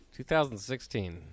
2016